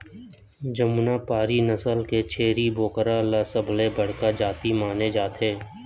जमुनापारी नसल के छेरी बोकरा ल सबले बड़का जाति माने जाथे